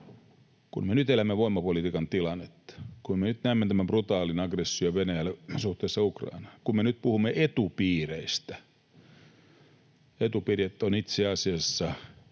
Kun me nyt elämme voimapolitiikan tilannetta, kun me nyt näemme tämän brutaalin aggression Venäjällä suhteessa Ukrainaan ja kun me nyt puhumme etupiireistä, niin etupiirit itse asiassa